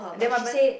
and then what happened